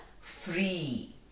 free